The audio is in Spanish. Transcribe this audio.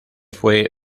fue